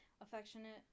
Affectionate